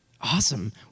Awesome